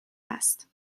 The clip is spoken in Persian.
است